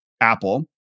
Apple